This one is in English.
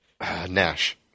Nash